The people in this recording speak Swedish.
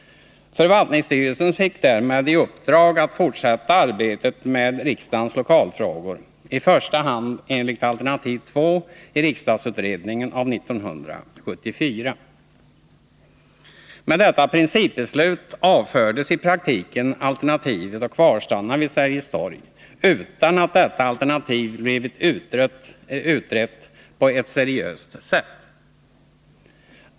Förvaltningsstyrelsen fick därmed i uppdrag att fortsätta arbetet med riksdagens lokalfrågor, i första hand enligt alternativ 2 i riksdagsutredningen av år 1974. Med detta principbeslut avfördes i praktiken alternativet att kvarstanna vid Sergels torg, utan att detta alternativ blivit utrett på ett seriöst sätt.